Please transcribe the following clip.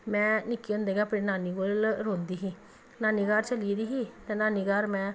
में निक्की होंदी गै अपनी नानी कोल रौंह्दी ही नानी घर चली गेदी ही ते नानी गर में